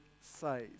says